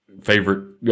Favorite